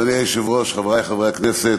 אדוני היושב-ראש, חברי חברי הכנסת,